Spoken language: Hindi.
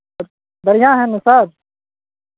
बढ़ियाँ है न सब